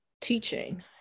teaching